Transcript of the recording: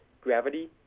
gravity